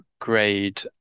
grade